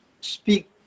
speak